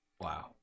Wow